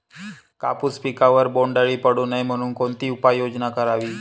कापूस पिकावर बोंडअळी पडू नये म्हणून कोणती उपाययोजना करावी?